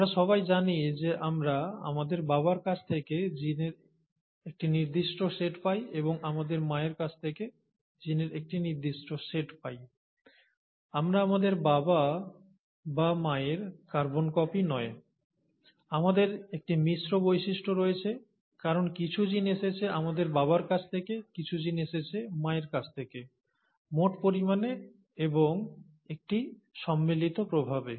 আমরা সবাই জানি যে আমরা আমাদের বাবার কাছ থেকে জিনের একটি নির্দিষ্ট সেট পাই এবং আমাদের মায়ের কাছ থেকে জিনের একটি নির্দিষ্ট সেট পাই আমরা আমাদের বাবার বা মায়ের কার্বন কপি নয় আমাদের একটি মিশ্র বৈশিষ্ট্য রয়েছে কারণ কিছু জিন এসেছে আমাদের বাবার কাছ থেকে কিছু জিন এসেছে মায়ের কাছ থেকে মোট পরিমাণে এবং একটি সম্মিলিত প্রভাবে